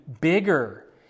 bigger